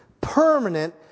permanent